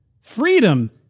Freedom